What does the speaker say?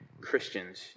Christians